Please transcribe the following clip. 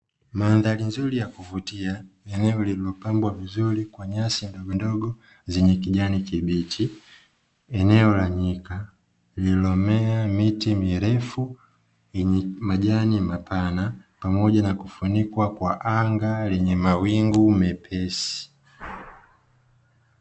Mandhari nzuri ya kuvutia eneo lililopambwa vizuri kwa nyasi ndogondogo zenye kijani kibichi. Eneo la nyika lililomea miti mirefu yenye majani mapana pamoja na kufunikwa kwa anga lenye mawingu mepesi.